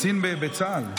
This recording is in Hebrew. קצין בצה"ל שנופל,